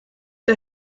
der